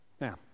Now